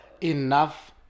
enough